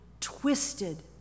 twisted